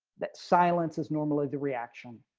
that silence is normally the reaction,